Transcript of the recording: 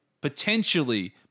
potentially